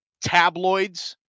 tabloids